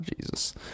Jesus